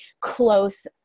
close